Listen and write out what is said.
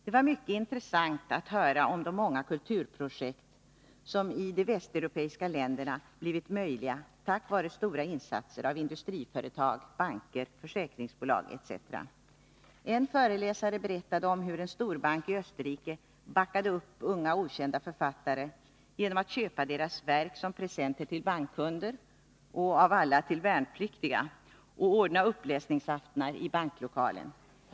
Det var mycket intressant att höra om de många kulturprojekt som i de västeuropeiska länderna blivit möjliga tack vare stora insatser av industriföretag, banker, försäkringsbolag etc. En föreläsare berättade om hur en storbank i Österrike backade upp unga okända författare genom att köpa deras verk som presenter till bankkunder och — av alla — till värnpliktiga, och ordna uppläsningsaftnar i banklokalen.